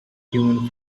human